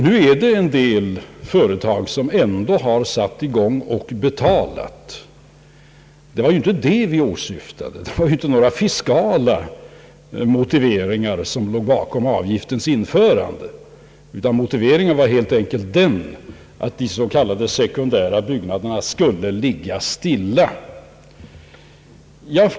Nu är det en del företag som ändå har satt i gång och betalat. Det var ju inte det vi åsyftade. Det var inte några fiskala motiveringar som låg bakom avgiftens införande, utan motiveringen var helt enkelt att de s.k. sekundära byggena skulle ligga stilla.